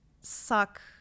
suck